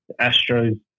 Astros